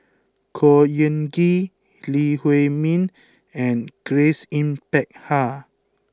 Khor Ean Ghee Lee Huei Min and Grace Yin Peck Ha